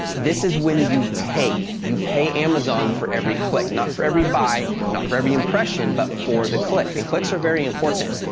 this is when you pay. you pay amazon for every click, not for every buy, not for every impression, but for the click and clicks are very important,